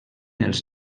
els